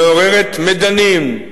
מעוררת מדנים,